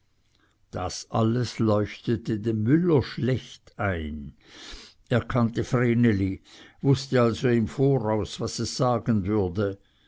das alles leuchtete dem müller schlecht ein er kannte vreneli wußte also im voraus was es sagen würde